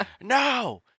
No